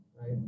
right